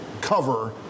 cover